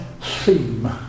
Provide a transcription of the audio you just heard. theme